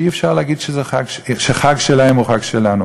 כך שאי-אפשר להגיד שחג שלהם הוא חג שלנו.